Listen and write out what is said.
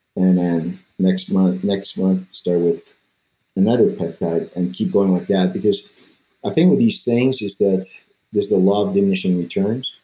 and then next month next month start with another peptide and keep going with that, because i think with these things is that there's the law of diminishing returns